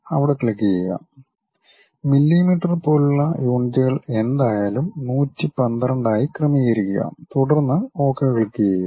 അവിടെ ക്ലിക്കുചെയ്യുക മില്ലിമീറ്റർ പോലുള്ള യൂണിറ്റുകൾ എന്തായാലും 112 ആയി ക്രമീകരിക്കുക തുടർന്ന് ഒകെ ക്ലിക്കുചെയ്യുക